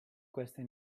queste